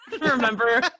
remember